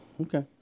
Okay